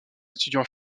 étudiants